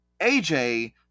AJ